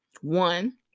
One